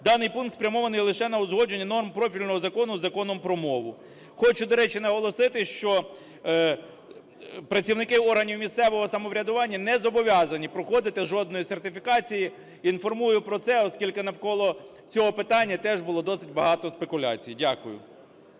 Даний пункт спрямований лише на узгодження норм профільного закону – Законом про мову. Хочу, до речі, наголосити, що працівники органів місцевого самоврядування не зобов'язані проходити жодної сертифікації. Інформую про це, оскільки навколо цього питання теж було досить багато спекуляцій. Дякую.